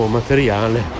materiale